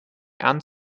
einen